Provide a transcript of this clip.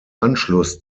anschluss